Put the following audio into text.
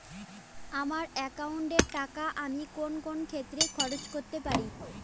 আমার একাউন্ট এর টাকা আমি কোন কোন ক্ষেত্রে খরচ করতে পারি?